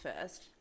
first